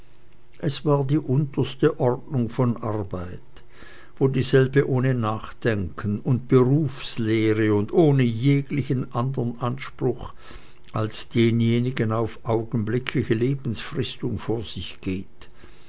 es war die unterste ordnung von arbeit wo dieselbe ohne nachdenken und berufsehre und ohne jeglichen andern anspruch als denjenigen auf augenblickliche lebensfristung vor sich geht